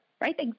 right